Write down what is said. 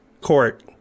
court